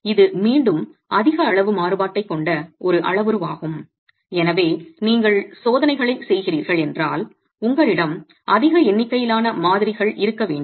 இது மீண்டும் அதிக அளவு மாறுபாட்டைக் கொண்ட ஒரு அளவுருவாகும் எனவே நீங்கள் சோதனைகளைச் செய்கிறீர்கள் என்றால் உங்களிடம் அதிக எண்ணிக்கையிலான மாதிரிகள் இருக்க வேண்டும்